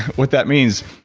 what that means.